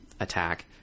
attack